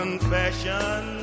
Confession